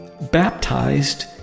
baptized